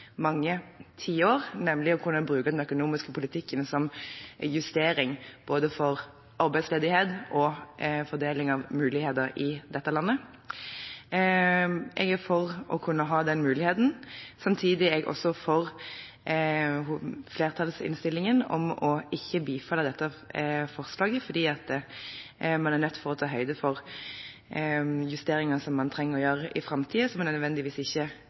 mange tiår, nemlig å kunne bruke den økonomiske politikken som justering både for arbeidsledighet og for fordeling av muligheter i dette landet. Jeg er for å kunne ha den muligheten. Samtidig er jeg også for flertallsinnstillingen om ikke å bifalle dette forslaget fordi man er nødt til å ta høyde for justeringer som man trenger å gjøre i framtiden, som en nødvendigvis ikke